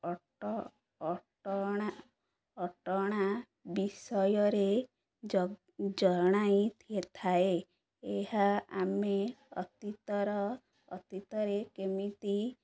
ଅଟ ଅଟଣା ଅଟଣା ବିଷୟରେ ଜ ଜଣାଇଥିଥାଏ ଏହା ଆମେ ଅତୀତର ଅତୀତରେ କେମିତି